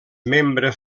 membre